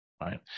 right